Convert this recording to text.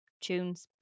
Tunes